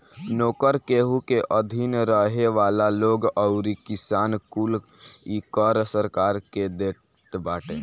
नोकर, केहू के अधीन रहे वाला लोग अउरी किसान कुल इ कर सरकार के देत बाटे